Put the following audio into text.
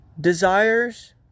Desires